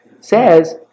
says